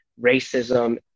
racism